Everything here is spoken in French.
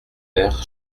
air